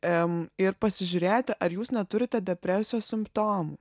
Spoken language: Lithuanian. em ir pasižiūrėti ar jūs neturite depresijos simptomų